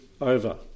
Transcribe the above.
over